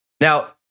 Now